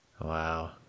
Wow